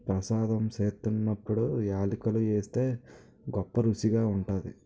ప్రసాదం సేత్తున్నప్పుడు యాలకులు ఏస్తే గొప్పరుసిగా ఉంటాది